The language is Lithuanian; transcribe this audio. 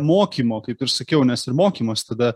mokymo kaip ir sakiau nes ir mokymas tada